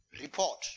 report